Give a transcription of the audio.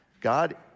God